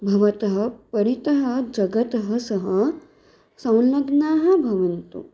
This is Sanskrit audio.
भवतः परितः जगतः सः संलग्नाः भवन्तु